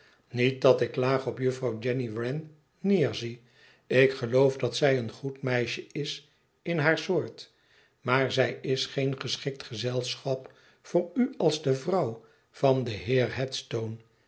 niet dat ik laag op juffrouw jenny wren neerzie ik geloof dat zij een goed meisje is in haar soort maar zij is geen geschikt gezelschap voor u als de vrouw van den heer